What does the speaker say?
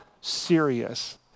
serious